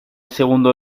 segundo